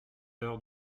heures